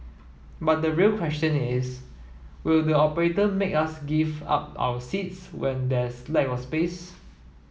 but the real question is will the operator make us give up our seats when there's lack of space